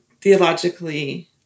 theologically